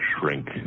shrink